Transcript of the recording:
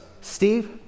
Steve